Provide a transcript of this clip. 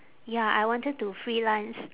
ya I wanted to freelance